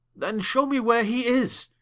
then shew me where he is,